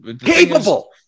Capable